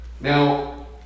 Now